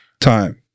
Time